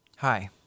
Hi